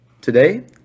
today